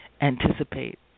anticipate